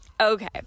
Okay